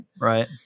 right